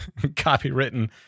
copywritten